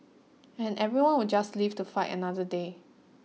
and everyone will just live to fight another day